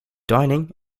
dining